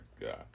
God